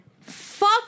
fuck